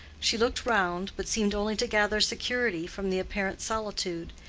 she looked round, but seemed only to gather security from the apparent solitude,